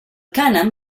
cànem